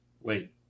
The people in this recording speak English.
Wait